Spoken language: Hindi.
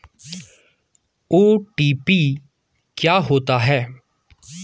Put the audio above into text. ओ.टी.पी क्या होता है?